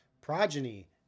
Progeny